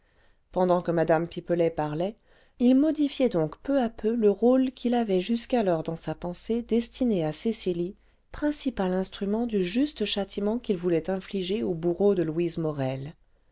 pendant que mme pipelet parlait il modifiait donc peu à peu le rôle qu'il avait jusqu'alors dans sa pensée destiné à cecily principal instrument du juste châtiment qu'il voulait infliger au bourreau de louise morel